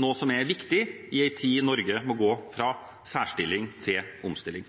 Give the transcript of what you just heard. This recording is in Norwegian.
noe som er viktig i en tid da Norge må gå fra særstilling til omstilling.